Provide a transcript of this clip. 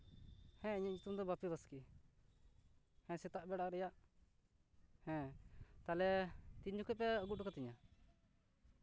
ᱦᱮᱸ ᱤᱧᱟᱹᱜ ᱧᱩᱛᱩᱢ ᱫᱚ ᱵᱟᱯᱤ ᱵᱟᱥᱠᱮ ᱦᱮᱸ ᱥᱮᱛᱟᱜ ᱵᱮᱲᱟ ᱨᱮᱭᱟᱜ ᱦᱮᱸ ᱛᱟᱦᱞᱮ ᱛᱤᱱ ᱡᱚᱠᱷᱚᱮᱡ ᱯᱮ ᱟᱹᱜᱩ ᱦᱚᱴᱚ ᱠᱟᱛᱤᱧᱟ